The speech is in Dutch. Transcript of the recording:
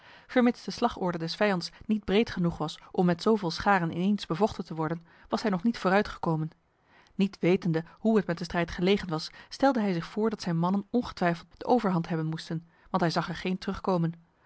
vermits de slagorde des vijands niet breed genoeg was om met zoveel scharen ineens bevochten te worden was hij nog niet vooruitgekomen niet wetende hoe het met de strijd gelegen was stelde hij zich voor dat zijn mannen ongetwijfeld de overhand hebben moesten want hij zag er geen terugkomen